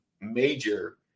major